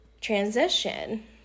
transition